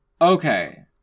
Okay